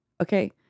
Okay